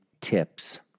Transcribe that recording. tips